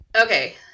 okay